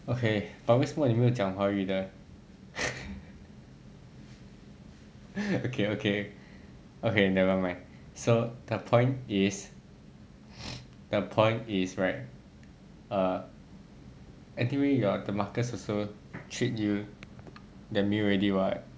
okay but 为什么你没有讲华语的 okay okay okay never mind so the point is the point is right err anyway you are the marcus also treat you the meal already [what]